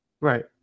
Right